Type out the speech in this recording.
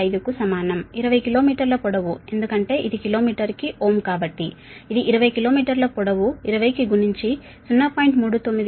0195 కి సమానం 20 కిలోమీటర్ల పొడవు ఎందుకంటే ఇది కిలోమీటరుకు Ω కాబట్టి ఇది 20 కిలోమీటర్ల పొడవు 20 కు గుణిస్తే 0